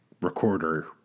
recorder